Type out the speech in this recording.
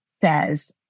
says